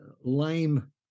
lame